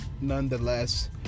nonetheless